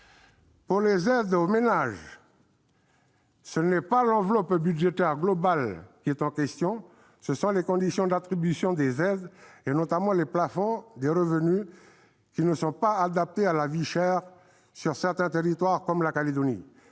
qui est en question, ce n'est pas l'enveloppe budgétaire globale ; ce sont les conditions d'attribution, et notamment les plafonds des revenus, qui ne sont pas adaptés à la vie chère sur certains territoires comme la Calédonie.